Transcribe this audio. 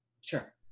Sure